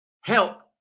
help